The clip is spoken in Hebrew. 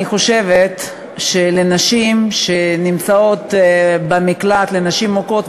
אני חושבת שלנשים שנמצאות במקלט לנשים מוכות,